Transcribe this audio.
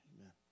Amen